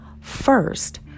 first